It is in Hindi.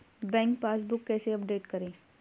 बैंक पासबुक कैसे अपडेट करें?